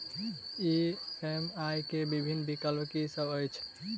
EMI केँ विभिन्न विकल्प की सब अछि